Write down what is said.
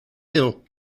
hill